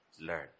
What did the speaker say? Learn